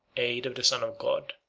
aid of the son of god,